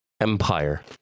Empire